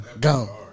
go